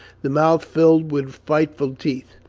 the mouth filled with frightful teeth.